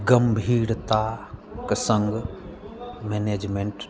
गम्भीरताक सङ्ग मैनेजमेन्ट